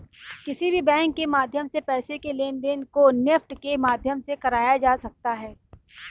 किसी भी बैंक के माध्यम से पैसे के लेनदेन को नेफ्ट के माध्यम से कराया जा सकता है